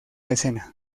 escena